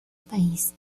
país